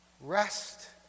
Rest